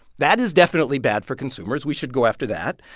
that is definitely bad for consumers. we should go after that.